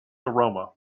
aroma